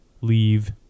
Leave